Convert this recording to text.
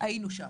היינו שם.